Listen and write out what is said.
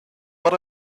but